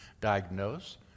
diagnose